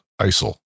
ISIL